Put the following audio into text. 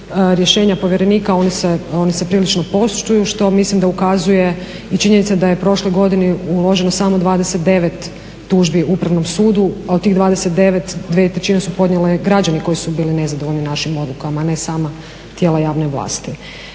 rješenja povjerenika oni se prilično poštuju što mislim da ukazuje i činjenica da je prošle godine uloženo samo 29 tužbi Upravnom sudu, a od tih 29 dvije trećine su podnijeli građani koji su bili nezadovoljni našim odlukama, a ne sama tijela javne vlasti.